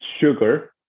sugar